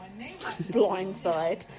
Blindside